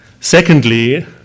Secondly